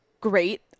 great